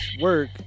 work